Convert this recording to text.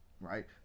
right